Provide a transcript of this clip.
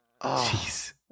Jeez